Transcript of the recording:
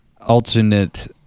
alternate